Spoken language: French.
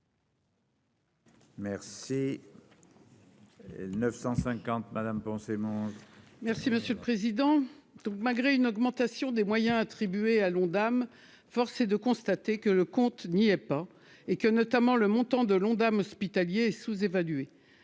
Merci 950 Madame. Merci monsieur le président, donc, malgré une augmentation des moyens attribués à l'Ondam, force est de constater que le compte n'y est pas et que notamment le montant de l'Ondam hospitalier sous-évalué